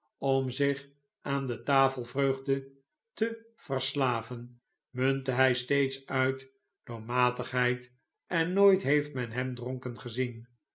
om zich aan de tafelvreugde te verslaven muntte hij steeds uit door matigheid en nooit heeft men hem dronken gezien